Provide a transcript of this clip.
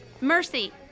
Mercy